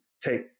take